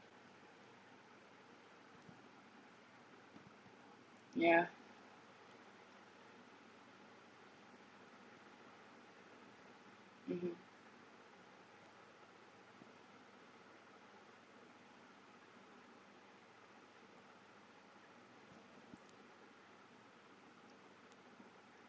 yeah mmhmm